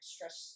Stress